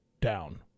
down